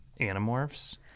animorphs